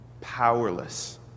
powerless